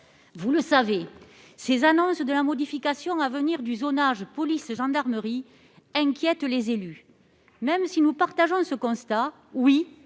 Vous le savez, ces annonces de la modification à venir du zonage entre police et gendarmerie inquiètent les élus. Même si nous partageons ce constat- oui,